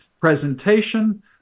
presentation